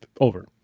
over